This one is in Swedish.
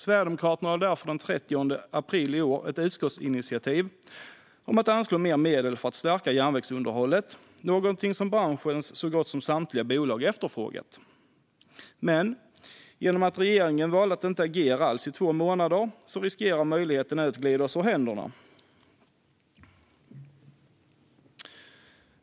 Sverigedemokraterna lade därför den 30 april fram ett utskottsinitiativ om att anslå mer medel för att stärka järnvägsunderhållet, något som branschens så gott som samtliga bolag efterfrågat. Men genom att regeringen valde att inte agera alls i två månader riskerar möjligheten nu att glida oss ur händerna.